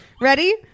ready